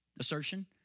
assertion